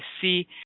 see